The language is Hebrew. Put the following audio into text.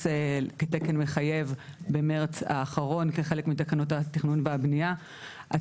כתקן מחייב במרץ האחרון כחלק מתקנות התכנון והבנייה.